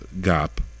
Gap